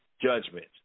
judgment